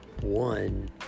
one